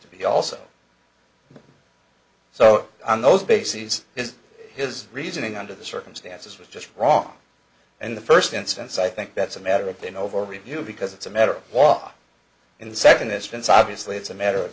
to be also so on those bases is his reasoning under the circumstances was just wrong in the first instance i think that's a matter of been over review because it's a matter of law in the second instance obviously it's a matter of